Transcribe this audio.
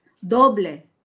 doble